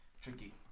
Tricky